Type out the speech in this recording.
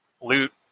loot